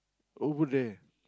over there